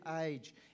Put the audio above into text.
age